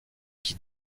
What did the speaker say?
qui